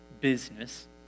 business